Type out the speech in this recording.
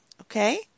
Okay